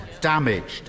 damaged